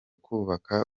kubaka